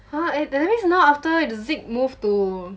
!huh! at that means now after that zeke move to